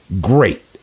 great